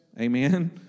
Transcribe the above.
Amen